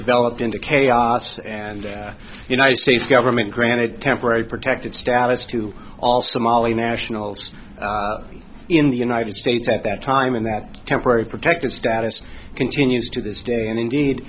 developed into chaos and a united states government granted temporary protected status to all somali nationals in the united states at that time and that temporary protected status continues to this day and in